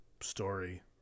story